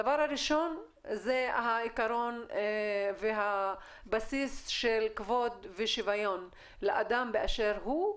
הדבר הראשון זה העיקרון והבסיס של כבוד ושוויון לאדם באשר הוא,